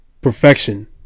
Perfection